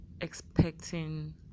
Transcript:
expecting